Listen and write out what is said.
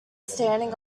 standing